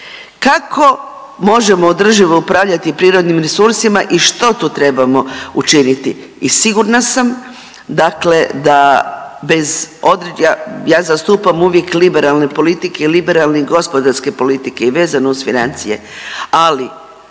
Kako možemo održivo upravljati prirodnim resursima i što tu trebamo učiniti? I sigurna sam, dakle da bez, ja zastupam uvijek liberalne politike, liberalne gospodarske politike i vezano uz financije. Ali